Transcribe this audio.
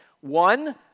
One